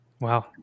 wow